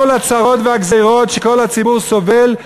כל הצרות והגזירות שכל הציבור סובל,